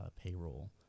payroll